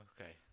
Okay